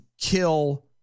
kill